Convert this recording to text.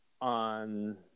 on